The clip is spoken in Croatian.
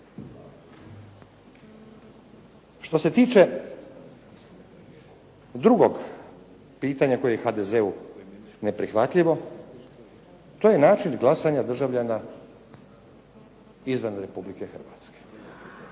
Što se tiče drugog pitanja koje je HDZ-u neprihvatljivo to je način glasanja državljana izvan Republike Hrvatske.